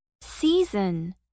Season